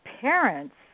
parents